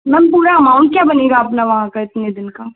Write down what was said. ma'am पूरा amount क्या बनेगा अपना वहाँ पे इतने दिन का